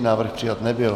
Návrh přijat nebyl.